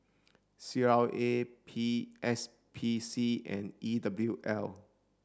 C L A P S P C and E W L